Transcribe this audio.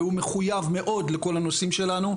והוא מחוייב מאוד לכל הנושאים שלנו.